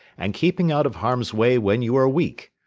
and keeping out of harm's way when you are weak.